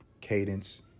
Cadence